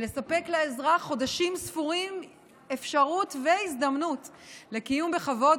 ולספק לאזרח חודשים ספורים של אפשרות והזדמנות לקיום בכבוד